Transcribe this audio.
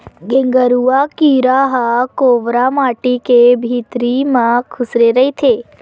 गेंगरूआ कीरा ह कोंवर माटी के भितरी म खूसरे रहिथे